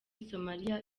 somalia